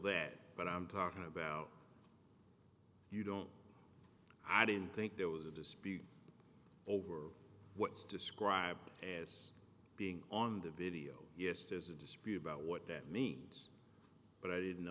that but i'm talking about you don't i don't think there was a dispute over what's described as being on the video yes there's a dispute about what that means but i didn't